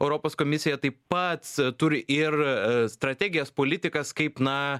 europos komisija taip pat turi ir strategijas politikas kaip na